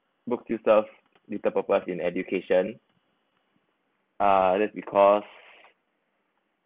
book still serve little purpose in education uh that's because